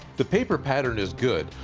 the paper pattern is good,